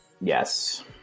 yes